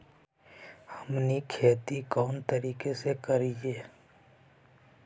हमनी खेतीया कोन तरीका से करीय?